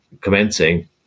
commencing